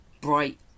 bright